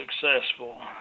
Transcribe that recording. successful